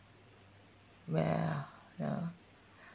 well ya